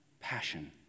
passion